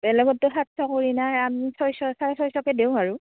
বেলেগকতো সাতশ কৰি নাই আম ছয়শ ছাৰে ছয়শকে দিও আৰু